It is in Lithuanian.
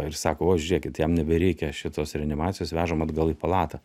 ir sako va žiūrėkit jam nebereikia šitos reanimacijos vežam atgal į palatą